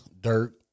Dirt